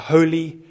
Holy